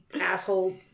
asshole